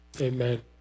Amen